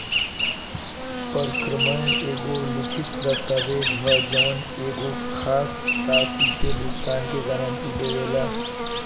परक्रमय एगो लिखित दस्तावेज ह जवन एगो खास राशि के भुगतान के गारंटी देवेला